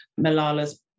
Malala's